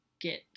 get